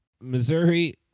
Missouri